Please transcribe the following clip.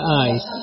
eyes